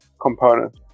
component